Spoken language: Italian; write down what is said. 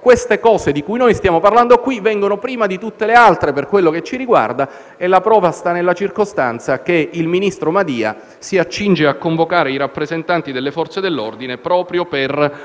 i temi di cui stiamo parlando in questa sede vengono prima di tutti gli altri, per quanto ci riguarda. La prova sta nella circostanza che il ministro Madia si accinge a convocare i rappresentanti delle Forze dell'ordine proprio per